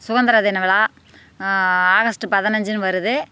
சுதந்திர தின விழா ஆகஸ்ட்டு பதினஞ்சுன்னு வருது